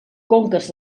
conques